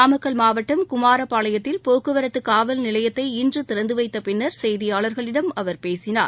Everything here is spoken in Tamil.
நாமக்கல் மாவட்டம் குமாரபாளையத்தில் போக்குவரத்துகாவல்நிலையத்தை இன்றுதிறந்துவைத்தபின்னர் செய்தியாளர்களிடம் அவர் பேசினார்